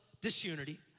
disunity